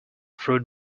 fruit